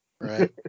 right